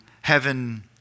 heaven